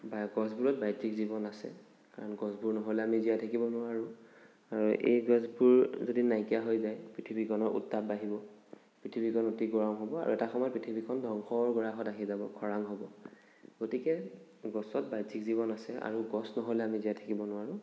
বা গছবোৰত বাহ্য়িক জীৱন আছে কাৰণ গছবোৰ নহ'লে আমি জীয়াই থাকিব নোৱাৰোঁ আৰু এই গছবোৰ যদি নাইকীয়া হৈ যায় পৃথিৱীখনৰ উত্তাপ বাঢ়িব পৃথিৱীখন অতি গৰম হ'ব আৰু এটা সময়ত পৃথিৱীখন ধ্বংসৰ গৰাহত আহি যাব খৰাং হ'ব গতিকে গছত বাহ্য়িক জীৱন আছে আৰু গছ নহ'লে আমি জীয়াই থাকিব নোৱাৰোঁ